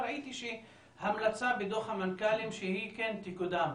וראיתי המלצה בדוח המנכ"לים שהיא כן תקודם,